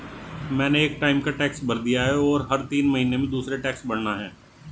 मैंने एक टाइम का टैक्स भर दिया है, और हर तीन महीने में दूसरे टैक्स भरना है